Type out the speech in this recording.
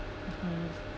mmhmm